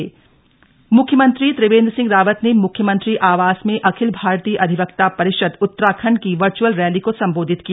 virtual rally मुख्यमंत्री त्रिवेन्द्र सिंह रावत ने मुख्यमंत्री आवास में अखिल भारतीय अधिवक्ता परिषद उत्तराखण्ड की वर्चअल रैली को संबोधित किया